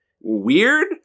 weird